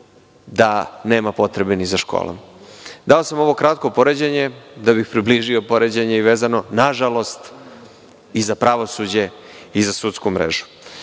da nema potrebe ni za školom. Dao sam ovo kratko poređenje da bih približio i poređenje vezano, nažalost i za pravosuđe i za sudsku mrežu. Hvala